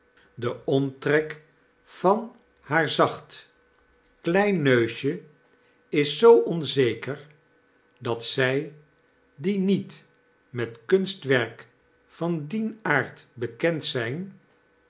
de omtrek van haar zacht klein neusje is zoo onzeker dat zy die niet met kunstwerk van dien aard bekend zijn